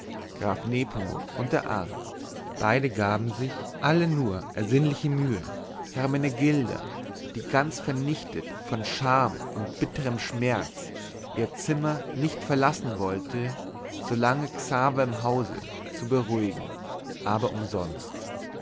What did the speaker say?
graf nepomuk und der arzt beide gaben sich alle nur ersinnliche mühe hermenegilda die ganz vernichtet von scham und bitterm schmerz ihr zimmer nicht verlassen wollte solange xaver im hause zu beruhigen aber umsonst